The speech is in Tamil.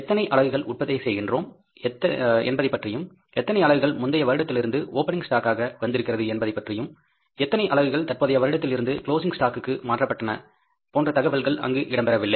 எத்தனை அலகுகள் உற்பத்தி செய்கின்றோம் என்பதைப் பற்றியும் எத்தனை அலகுகள் முந்தைய வருடத்திலிருந்து ஒபெநிங் ஸ்டாக் ஆகா வந்திருக்கிறது என்பதைப் பற்றியும் எத்தனை அலகுகள் தற்போதைய வருடத்தில் இருந்து க்ளோசிங் ஸ்டாக்குக்கு மாற்றப்பட்டது போன்ற தகவல்கள் அங்கு இடம்பெறவில்லை